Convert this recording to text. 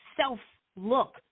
self-look